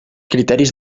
criteris